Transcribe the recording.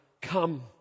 come